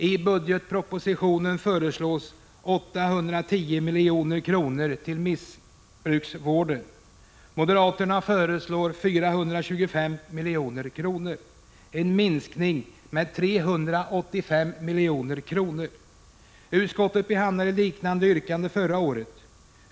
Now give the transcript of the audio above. I budgetpropositionen föreslås 810 milj.kr. till missbrukarvården. Moderaterna föreslår 425 milj.kr. — en minskning med 385 miljoner. Utskottet behandlade ett liknade yrkande förra året.